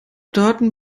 daten